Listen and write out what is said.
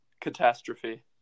catastrophe